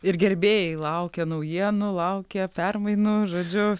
ir gerbėjai laukia naujienų laukia permainų žodžiu